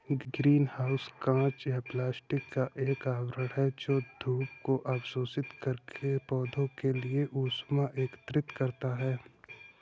green house कांच या plastic का एक आवरण है जो धूप को अवशोषित करके पौधों के लिए ऊष्मा एकत्रित करता है